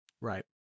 Right